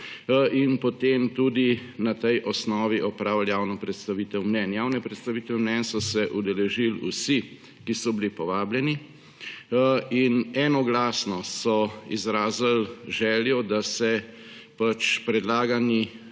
in potem tudi na tej osnovi opravili javno predstavitev mnenj. Javne predstavitve mnenj so se udeležili vsi, ki so bili povabljeni in enoglasno so izrazili željo, da se predlagani